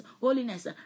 holiness